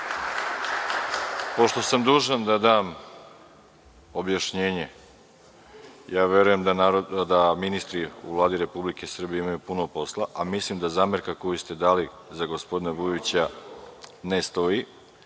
Pošto sam dužan da dam objašnjenje, ja verujem da ministri u Vladi Republike Srbije imaju puno posla, a mislim da zamerka koju ste dali za gospodina Vujovića ne stoji,